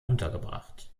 untergebracht